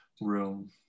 room